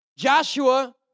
Joshua